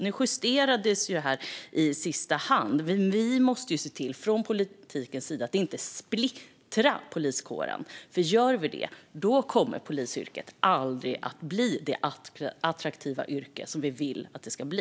Nu justerades detta i sista sekunden, men vi måste från politikens sida se till att inte splittra poliskåren. Om vi gör det kommer polisyrket aldrig att bli det attraktiva yrke som vi vill att det ska bli.